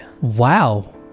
Wow